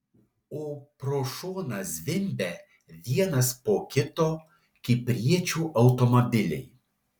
o pro šoną zvimbia vienas po kito kipriečių automobiliai